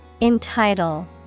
Entitle